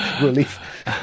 Relief